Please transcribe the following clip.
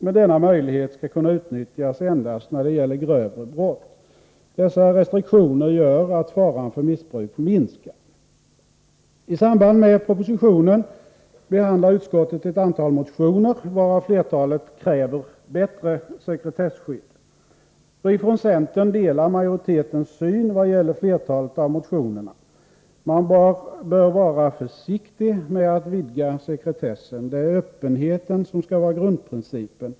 Men denna möjlighet skall kunna utnyttjas endast när det gäller grövre brott. Dessa restriktioner gör att faran för missbruk minskar. I samband med propositionen behandlar utskottet ett antal motioner, varav flertalet kräver bättre sekretesskydd. Vi från centern delar majoritetens syn vad gäller flertalet av motionerna. Man bör vara försiktig med att vidga sekretessen. Det är öppenheten som skall vara grundprincipen.